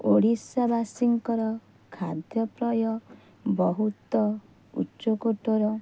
ଓଡ଼ିଶାବାସୀଙ୍କର ଖାଦ୍ୟପେୟ ବହୁତ ଉଚ୍ଚକୋଟୀର